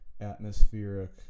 atmospheric